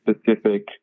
specific